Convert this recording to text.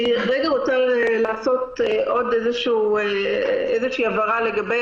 אני רוצה לעשות עוד איזושהי הבהרה לגבי